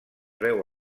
veu